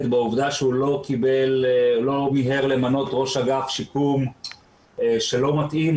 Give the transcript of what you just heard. בעובדה שהוא לא מיהר למנות ראש אגף השיקום שלא מתאים.